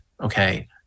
okay